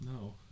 No